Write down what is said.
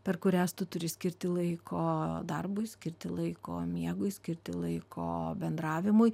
per kurias tu turi skirti laiko darbui skirti laiko miegui skirti laiko bendravimui